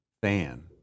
fan